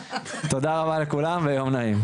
רבה לכולם ויום נעים.